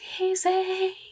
easy